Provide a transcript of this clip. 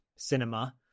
cinema